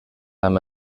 amb